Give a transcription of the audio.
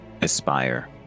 aspire